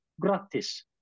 gratis